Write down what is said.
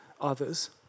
others